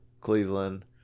Cleveland